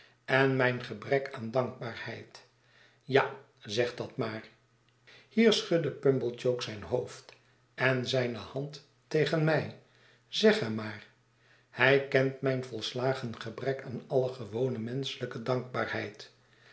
en myn gebrek aan dankbaarheid ja zeg dat maar hier schudde pumblechook zijn hoofd en zijne hand tegen mij zeg hem maar hij kent mijn volslagen gebrek aan alle gewone menschelijke dankbaarheid